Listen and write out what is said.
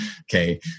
okay